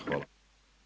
Hvala.